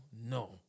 no